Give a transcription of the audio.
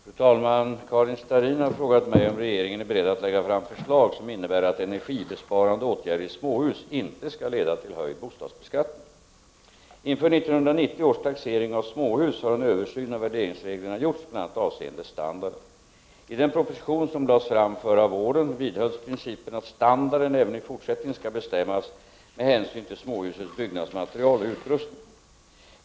Herr talman! Karin Starrin har frågat mig om regeringen är beredd att lägga fram förslag som innebär att energibesparande åtgärder i småhus inte skall leda till höjd bostadsbeskattning. Inför 1990 års taxering av småhus har en översyn av värderingsreglerna gjorts, bl.a. avseende standarden. I den proposition som lades fram förra våren vidhölls principen att standarden även i fortsättningen skall bestämmas med hänsyn till småhusets byggnadsmaterial och utrustning.